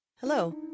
Hello